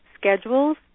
schedules